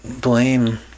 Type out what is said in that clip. blame